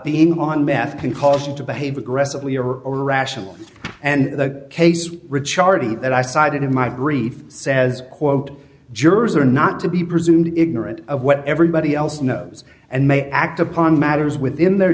being on meth can cause you to behave aggressively or or irrational and the case richar t that i cited in my brief says quote jurors are not to be presumed ignorant of what everybody else knows and may act upon matters within their